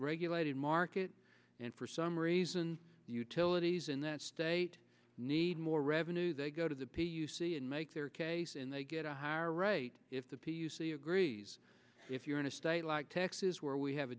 regulated market and for some reason utilities in that state need more revenue they go to the pay you see and make their case and they get a higher rate if the p c agrees if you're in a state like texas where we have a